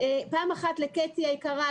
קטי היקרה,